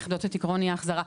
מאחדות את עיקרון אי ההחזרה,